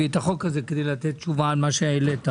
את החוק הזה כדי לתת תשובה על מה שהעלית.